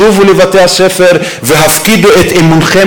שובו לבתי-הספר והפקידו את אמונכם